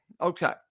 Okay